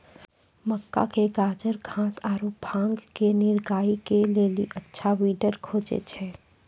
मक्का मे गाजरघास आरु भांग के निराई करे के लेली अच्छा वीडर खोजे छैय?